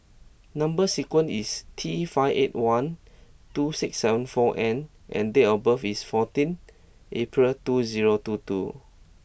number sequence is T five eight one two six seven four N and date of birth is fourteen April two zero two two